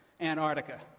Antarctica